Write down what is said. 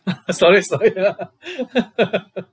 sorry sorry ah